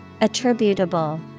Attributable